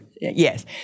yes